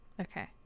Okay